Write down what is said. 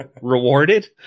rewarded